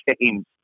games